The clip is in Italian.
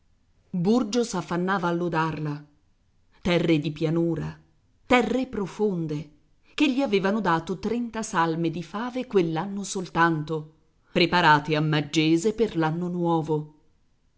pascolo burgio s'affannava a lodarla terre di pianura terre profonde che gli avevano dato trenta salme di fave quell'anno soltanto preparate a maggese per l'anno nuovo